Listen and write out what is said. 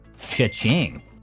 Cha-ching